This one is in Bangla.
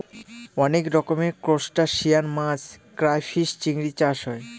অনেক রকমের ত্রুসটাসিয়ান মাছ ক্রাইফিষ, চিংড়ি চাষ হয়